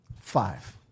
five